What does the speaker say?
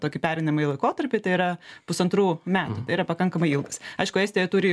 tokį pereinamąjį laikotarpį tai yra pusantrų metų tai yra pakankamai ilgas aišku estija turi